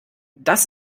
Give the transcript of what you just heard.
das